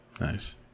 Nice